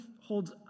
holds